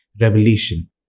Revelation